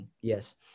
Yes